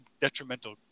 detrimental